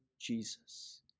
Jesus